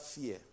fear